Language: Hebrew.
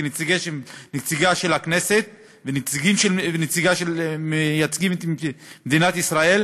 כנציגי הכנסת וכנציגים שמייצגים את מדינת ישראל,